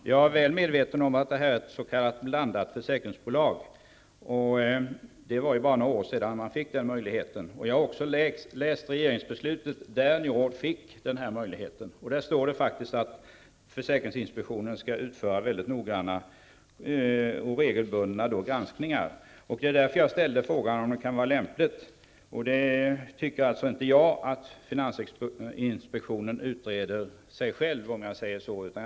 Herr talman! Jag är väl medveten om att detta är ett s.k. blandat försäkringsbolag. Det är bara några år sedan man fick den möjligheten. Jag har också läst regeringsbeslutet som gav Njord den här möjligheten. Där står det faktiskt att försäkringsinspektionen skall utföra mycket noggranna och regelbundna granskningar. Det var därför jag ställde frågan om det kan vara lämpligt -- det tycker alltså inte jag -- att finansinspektionen så att säga utreder sig själv.